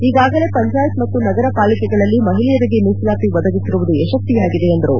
ಈಗಾಗಲೇ ಪಂಚಾಯತ್ ಮತ್ತು ನಗರ ಪಾಲಿಕೆಗಳಲ್ಲಿ ಮಹಿಳೆಯರಿಗೆ ಮೀಸಲಾತಿ ಒದಗಿಸಿರುವುದು ಯಶಸ್ವಿಯಾಗಿದೆ ಎಂದರು